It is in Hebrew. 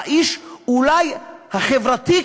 כאיש אולי החברתי,